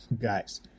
Guys